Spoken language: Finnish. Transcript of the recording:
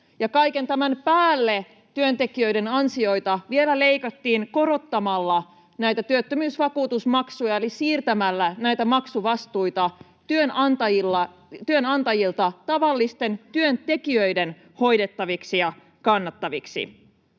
kaiken tämän päälle työntekijöiden ansioita vielä leikattiin korottamalla näitä työttömyysvakuutusmaksuja eli siirtämällä maksuvastuita työnantajilta tavallisten työntekijöiden hoidettaviksi ja kannettaviksi.